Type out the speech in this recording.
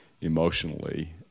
emotionally